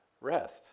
rest